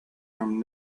are